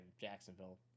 Jacksonville